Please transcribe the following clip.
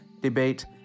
debate